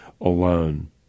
alone